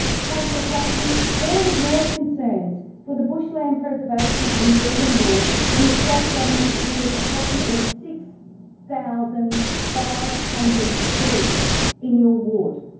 councillor cassidy, where were your concerns for the bushland preservation in deagon ward when the state government cleared approximately six thousand five hundred trees in your ward?